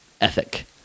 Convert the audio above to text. ethic